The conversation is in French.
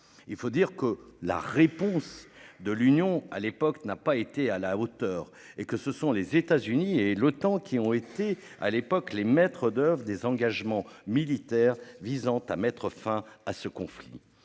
Il faut dire que la réponse de l'Union à l'époque n'a pas été à la hauteur et que ce sont les États-Unis et l'OTAN, qui ont été à l'époque les maîtres d'Oeuvres désengagement militaire visant à mettre fin à ce conflit.